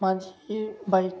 माझी बाईक